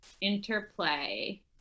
interplay